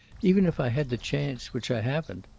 even if i had the chance, which i haven't.